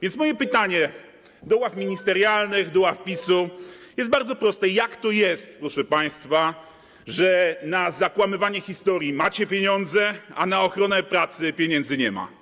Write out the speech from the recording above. Więc moje pytanie do ław ministerialnych, do ław PiS-u jest bardzo proste: Jak to jest, proszę państwa, że na zakłamywanie historii macie pieniądze, a na ochronę pracy pieniędzy nie ma?